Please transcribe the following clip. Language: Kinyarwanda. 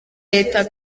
leta